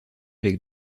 avec